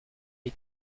est